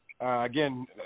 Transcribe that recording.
again